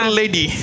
lady